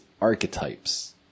archetypes